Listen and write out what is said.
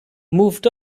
moved